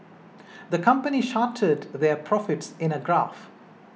the company charted their profits in a graph